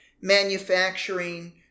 manufacturing